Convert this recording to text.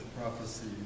prophecy